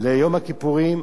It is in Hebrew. ליום הכיפורים,